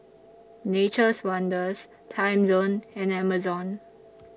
Nature's Wonders Timezone and Amazon